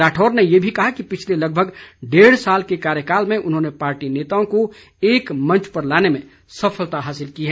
राठौर ने ये भी कहा कि पिछले लगभग डेढ़ साल के कार्यकाल में उन्होंने पार्टी नेताओं को एक मंच पर लाने में सफलता हासिल की है